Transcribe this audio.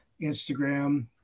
Instagram